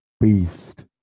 Beast